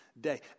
day